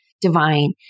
divine